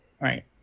right